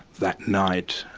that night,